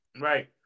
Right